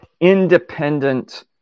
independent